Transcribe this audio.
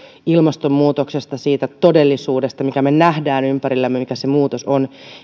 ilmastonmuutoksesta siitä todellisuudesta minkä me näemme ympärillämme mikä se muutos on